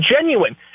genuine